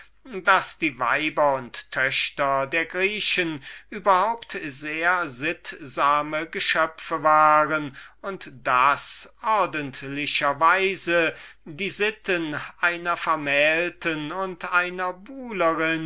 daß die weiber und töchter der griechen überhaupt sehr sittsame geschöpfe waren und daß die sitten einer vermählten und einer